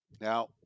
Now